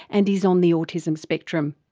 and is on the autism spectrum.